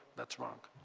that's wrong.